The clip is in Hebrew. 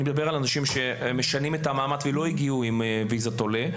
אני מדבר על אנשים שמשנים את המעמד ולא הגיעו עם ויזת עולה,